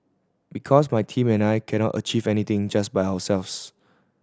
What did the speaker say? because my team and I cannot achieve anything just by ourselves